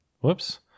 Whoops